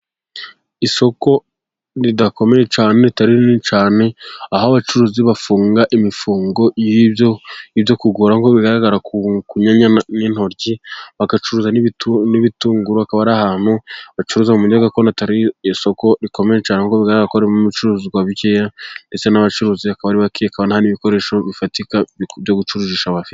Isoko ridakomeye cyane ritari rinini cyane, aho abacuruzi bafunga imifungo y'ibyo ibyo kugura nkuko bigaragara ku nyanya n'intoryi bagacuruza n'ibitunguru, hakaba ari ahantu bacuruza mu buryo gakondo atari isoko rikomeye, nk'uko bigaragara ko harimo ibicuruzwa bikeya ndetse n'abacuruzi bakaba ari bakeya, kandi nta n'ibikoresho bifatika byo gucururisha bafite.